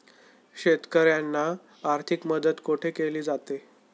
शेतकऱ्यांना आर्थिक मदत कुठे केली जाते?